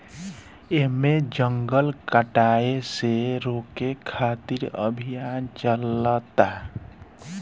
एमे जंगल कटाये से रोके खातिर अभियान चलता